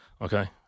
Okay